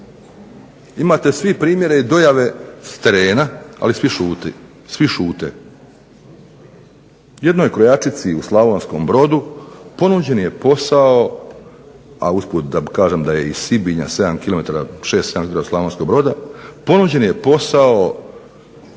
Imate svi primjere i dojave sa terena ali svi šute. Jednoj krojačici u Slavonskom Brodu ponuđen je posao, a usput da kažem da je iz Sibinja 7 km, 6, 7 km od Slavonskog Broda ponuđen je posao